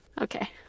Okay